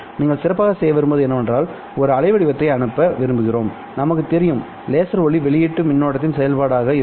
நீங்கள் சிறப்பாகச் செய்ய விரும்புவது என்னவென்றால்ஒரு அலை வடிவத்தை அனுப்ப விரும்புகிறோம் நமக்கு தெரியும் லேசர் ஒளி வெளியீடு மின்னோட்டத்தின் செயல்பாடாக இருக்கும்